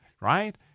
right